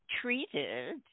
treated